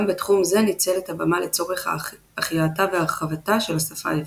גם בתחום זה ניצל את הבמה לצורך החייאתה והרחבתה של השפה העברית.